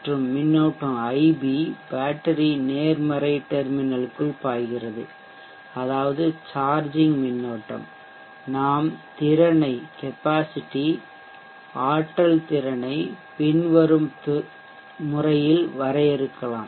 மற்றும் மின்னோட்டம் IP battery நேர்மறை டெர்மினலுக்குள் பாய்கிறது அதாவது சார்ஜிங் மின்னோட்டம் நாம் திறனைகெப்பாசிட்டி ஆற்றல் திறனை பின்வரும் முறையில் வரையறுக்கலாம்